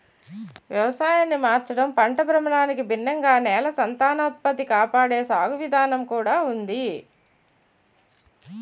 వ్యవసాయాన్ని మార్చడం, పంట భ్రమణానికి భిన్నంగా నేల సంతానోత్పత్తి కాపాడే సాగు విధానం కూడా ఉంది